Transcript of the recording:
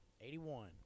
eighty-one